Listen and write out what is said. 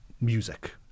music